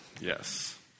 Yes